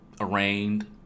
Arraigned